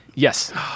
Yes